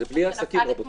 --- זה בלי עסקים, רבותיי.